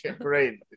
great